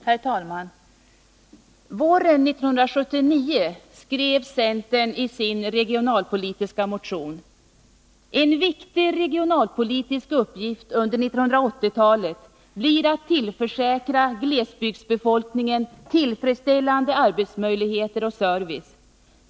Herr talman! Våren 1979 skrev centern i sin regionalpolitiska motion: ”—-—--—-en viktig regionalpolitisk uppgift under 1980-talet blir att tillförsäkra glesbygdsbefolkningen tillfredsställande arbetsmöjligheter och service.